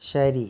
ശരി